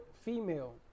female